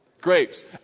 Grapes